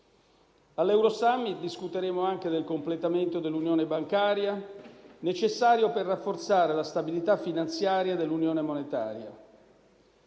All'Eurosummit discuteremo anche del completamento dell'unione bancaria, necessario per rafforzare la stabilità finanziaria dell'unione monetaria.